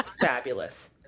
fabulous